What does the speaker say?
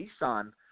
Nissan